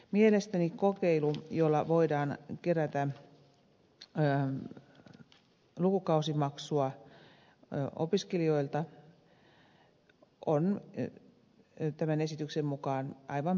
mielestäni kokeilu jolla voidaan kerätä lukukausimaksua opiskelijoilta on tämän esityksen mukaan aivan perusteltu kokeilu